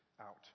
out